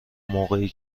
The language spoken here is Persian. موقعی